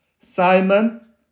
Simon